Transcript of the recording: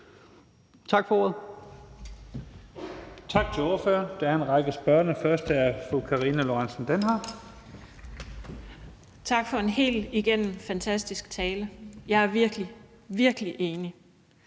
Tak for en helt igennem fantastisk tale. Jeg er virkelig, virkelig enig.